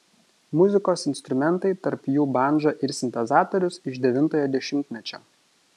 muzikos instrumentai tarp jų bandža ir sintezatorius iš devintojo dešimtmečio